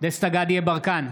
דסטה גדי יברקן,